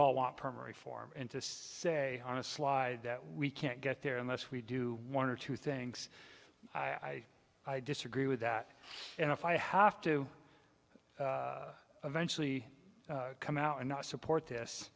all want perma reform into say on a slide that we can't get there unless we do one or two things i i disagree with that and if i have to eventually come out and not support this